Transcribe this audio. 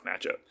matchup